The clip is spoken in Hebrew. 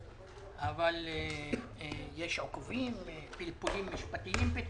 יש פתאום עיכובים, יש פתאום פלפולים משפטיים.